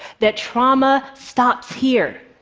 that trauma stops here.